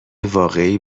واقعی